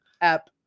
app